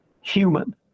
human